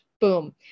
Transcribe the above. Boom